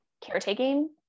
caretaking